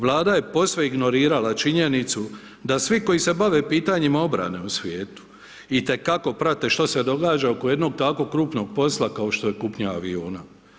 Vlada je posve ignorirala činjenicu da svi koji se bave pitanjima obrane u svijetu itekako prate što se događa oko jednog takvog krupnog posla kao što je kupnja aviona.